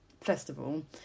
festival